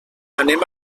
anem